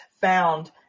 found